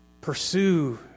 pursue